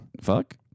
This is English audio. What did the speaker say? Fuck